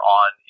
on